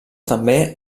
també